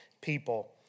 people